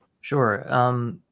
Sure